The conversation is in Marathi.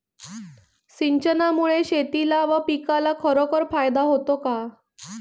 सिंचनामुळे शेतीला व पिकाला खरोखर फायदा होतो का?